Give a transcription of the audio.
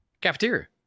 cafeteria